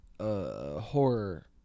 Horror